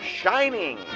shining